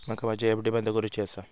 माका माझी एफ.डी बंद करुची आसा